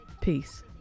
Peace